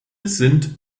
sind